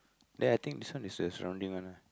then I think this one is the surrounding one ah